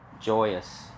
joyous